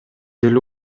деле